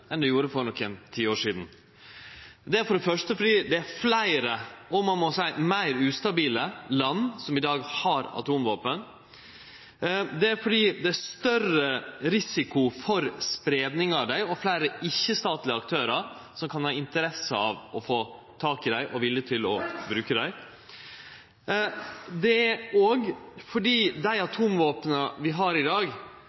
enn dei gjorde for nokre tiår sidan. Det er for det første fordi det er fleire og meir ustabile land som i dag har atomvåpen. Det er fordi det er større risiko for spreiing av dei, og fordi det er fleire ikkje-statlege aktørar som kan ha interesse av å få tak i dei, og som er villige til å bruke dei. Det er òg fordi dei